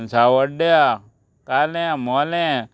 सांवड्ड्या काल्यां मोल्यां